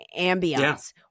ambiance